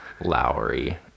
Lowry